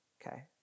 Okay